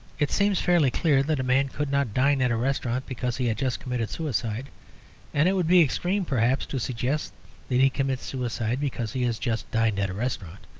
it seems fairly clear that a man could not dine at a restaurant because he had just committed suicide and it would be extreme, perhaps, to suggest that he commits suicide because he has just dined at a restaurant.